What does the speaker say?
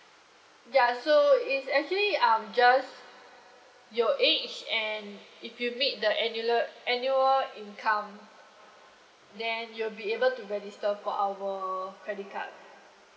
ya so it's actually um just your age and if you make the annually annual income then you'll be able to register for our credit card